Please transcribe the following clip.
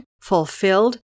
fulfilled